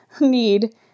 need